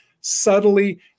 subtly